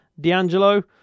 D'Angelo